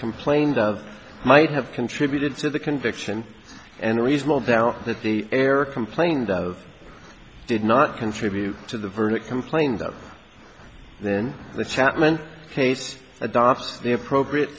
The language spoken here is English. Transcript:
complained of might have contributed to the conviction and reasonable doubt that the error complained of did not contribute to the verdict complained that then the chapman case adopts the appropriate